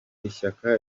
ishyaka